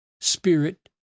Spirit